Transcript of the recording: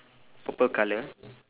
purple colour